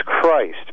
Christ